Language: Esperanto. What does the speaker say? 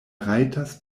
rajtas